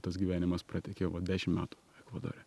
tas gyvenimas pratekėjo dešim metų ekvadore